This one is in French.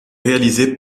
réalisé